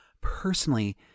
Personally